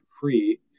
free